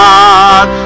God